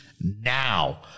now